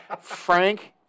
Frank